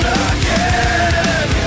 again